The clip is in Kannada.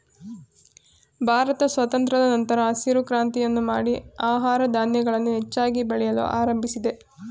ಭಾರತ ಸ್ವಾತಂತ್ರದ ನಂತರ ಹಸಿರು ಕ್ರಾಂತಿಯನ್ನು ಮಾಡಿ ಆಹಾರ ಧಾನ್ಯಗಳನ್ನು ಹೆಚ್ಚಾಗಿ ಬೆಳೆಯಲು ಆರಂಭಿಸಿದೆ